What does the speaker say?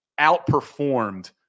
outperformed